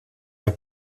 are